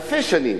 אלפי שנים,